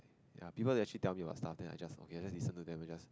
ya people actually tell me about stuff then I just let's listen to them and just